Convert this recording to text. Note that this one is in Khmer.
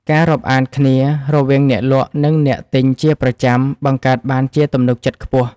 ការរាប់អានគ្នារវាងអ្នកលក់ និងអ្នកទិញជាប្រចាំ បង្កើតបានជាទំនុកចិត្តខ្ពស់។